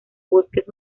bosques